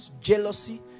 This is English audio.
jealousy